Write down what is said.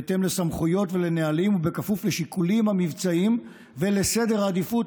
בהתאם לסמכויות ולנהלים ובכפוף לשיקולים המבצעיים ולסדר העדיפויות,